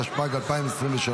התשפ"ג 2023,